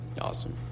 Awesome